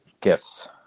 gifts